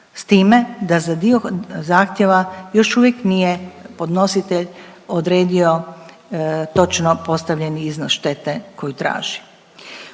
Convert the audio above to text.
s time da za dio zahtjeva još uvijek nije podnositelj odredio točno postavljeni iznos štete koju traži.